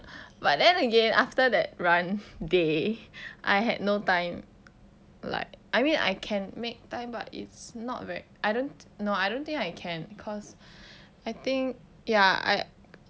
but then again after that run day I had no time like I mean I can make time but it's not very I don't know I don't think I can cause I think ya I